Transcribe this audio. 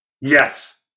yes